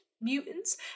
mutants